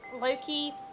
Loki